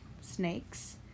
snakes